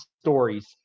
stories